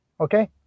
Okay